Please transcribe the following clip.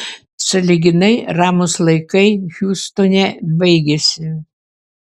sąlyginai ramūs laikai hjustone baigėsi